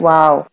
Wow